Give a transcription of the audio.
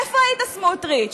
איפה היית, סמוטריץ?